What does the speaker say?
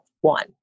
one